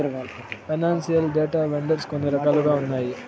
financial data vendors కొన్ని రకాలుగా ఉన్నాయి